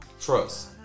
Trust